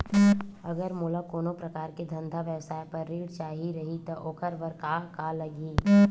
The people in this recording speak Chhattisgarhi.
अगर मोला कोनो प्रकार के धंधा व्यवसाय पर ऋण चाही रहि त ओखर बर का का लगही?